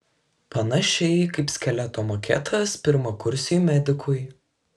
panašiai kaip skeleto maketas pirmakursiui medikui